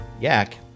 Yak